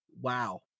wow